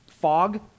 fog